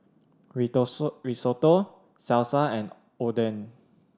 Risotto Salsa and Oden